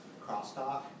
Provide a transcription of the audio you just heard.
crosstalk